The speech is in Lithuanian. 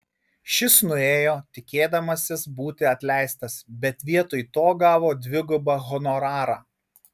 šis nuėjo tikėdamasis būti atleistas bet vietoj to gavo dvigubą honorarą